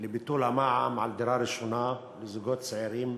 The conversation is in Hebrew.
לביטול המע"מ על דירה ראשונה לזוגות צעירים,